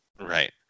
right